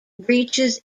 reaches